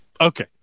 okay